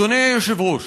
אדוני היושב-ראש,